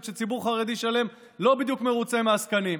שציבור חרדי שלם לא בדיוק מרוצה מהעסקנים.